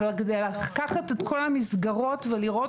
אבל כדי לקחת את כל המסגרות ולראות